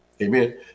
Amen